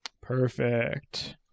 Perfect